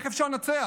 איך אפשר לנצח?